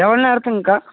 எவ்வளோ நேரத்துங்கக்கா